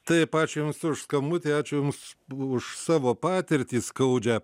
taip ačiū jums už skambutį ačiū jums už savo patirtį skaudžią